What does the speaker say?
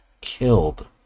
killed